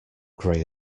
grey